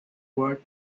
work